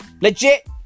Legit